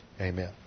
Amen